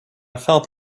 felt